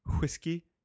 whiskey